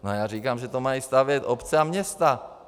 No já říkám, že to mají stavět obce a města.